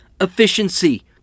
efficiency